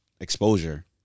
exposure